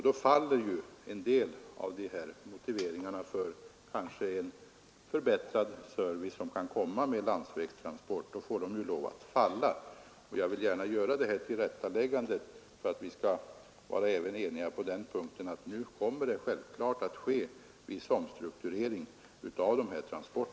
Då faller ju en del av de här motiveringarna för den förbättring av servicen som kanske uppnås genom landsvägstransport. Jag vill gärna göra detta tillrättaläggande — för att vi skall vara eniga även på den punkten — att det nu självfallet kommer att ske viss omstrukturering av dessa transporter.